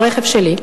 ברכב שלי,